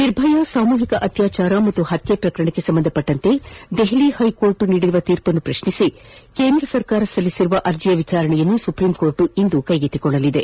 ನಿರ್ಭಯ ಸಾಮೂಹಿಕ ಅತ್ಯಾಚಾರ ಮತ್ತು ಹತ್ಯೆ ಪ್ರಕರಣಕ್ಕೆ ಸಂಬಂಧಿಸಿದಂತೆ ದೆಹಲಿ ಹೈಕೋರ್ಟ್ ನೀಡಿರುವ ತೀರ್ಪನ್ನು ಪ್ರಶ್ನಿಸಿ ಕೇಂದ್ರ ಸರ್ಕಾರ ಸಲ್ಲಿಸಿರುವ ಅರ್ಜಿಯ ವಿಚಾರಣೆಯನ್ನು ಸುಪ್ರೀಂ ಕೋರ್ಟ್ ಇಂದು ಕೈಗೆತ್ತಿಕೊಳ್ಳಲಿದೆ